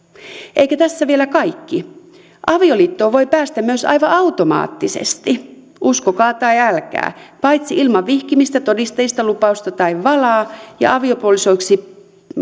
eikä tässä vielä kaikki avioliittoon voi päästä myös aivan automaattisesti uskokaa tai älkää paitsi ilman vihkimistä todistajia lupausta tai valaa ja aviopuolisoiksi